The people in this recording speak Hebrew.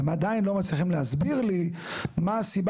הם עדיין לא מצליחים להסביר לי מה הסיבה